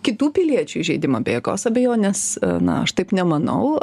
kitų piliečių įžeidimą be jokios abejonės na aš taip nemanau